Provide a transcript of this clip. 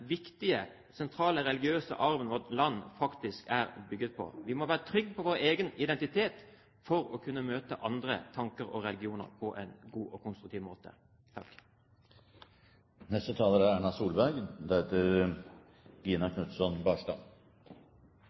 viktige, sentrale religiøse arven vårt land faktisk er bygget på. Vi må være trygge på vår egen identitet for å kunne møte andre tanker og religioner på en god og konstruktiv måte.